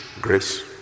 grace